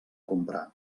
comprar